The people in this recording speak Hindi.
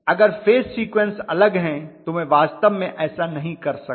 अगर फेज सीक्वेंस अलग हैं तो मैं वास्तव में ऐसा नहीं कर सकता